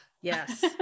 Yes